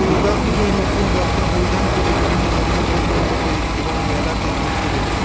দুর্গাপুজোয় নতুন বস্ত্র পরিধান করে বিভিন্ন মণ্ডপে মণ্ডপে এবং মেলাতে ঘুরতে বেরোই